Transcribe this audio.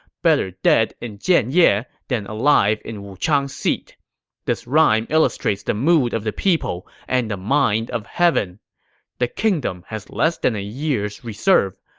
better dead in jianye than alive in wuchang seat this rhyme illustrates the mood of the people and the mind of heaven the kingdom has less than a year's reserves.